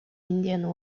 indian